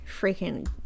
freaking